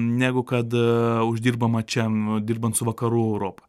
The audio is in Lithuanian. negu kad uždirbama čia dirbant su vakarų europa